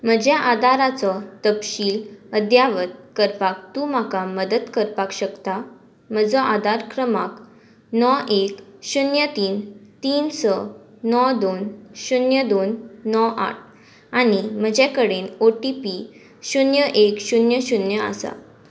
म्हज्या आदाराचो तपशील अद्यावत करपाक तूं म्हाका मदत करपाक शकता म्हजो आदार क्रमांक णव एक शुन्य तीन तीन स णव दोन शुन्य दोन णव आठ आनी म्हजे कडेन ओ टी पी शुन्य एक शुन्य शुन्य आसा